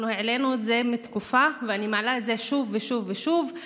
אנחנו העלינו את זה לפני תקופה ואני מעלה את זה שוב ושוב ושוב.